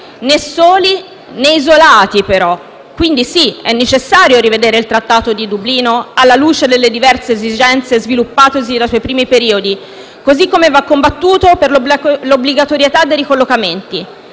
Né soli, né isolati, però. Quindi, sì, è necessario rivedere il Trattato di Dublino alla luce delle diverse esigenze sviluppatesi dai suoi primi periodi, così come bisogna combattere per l'obbligatorietà dei ricollocamenti.